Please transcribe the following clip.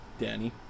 Danny